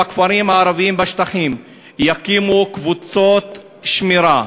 בכפרים הערביים בשטחים, יקימו קבוצות שמירה,